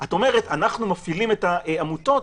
את אומרת: אנחנו מפעילים את העמותות.